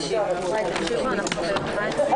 אחד לקריאה ראשונה.